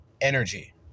energy